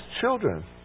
children